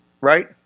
Right